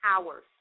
hours